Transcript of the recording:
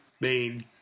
main